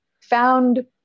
found